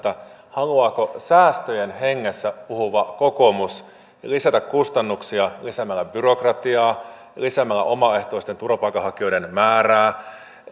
haluaako säästöjen hengessä puhuva kokoomus lisätä kustannuksia lisäämällä byrokratiaa lisäämällä omaehtoisten turvapaikanhakijoiden määrää